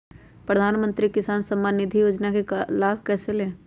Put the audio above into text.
प्रधानमंत्री किसान समान निधि योजना का लाभ कैसे ले?